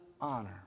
honor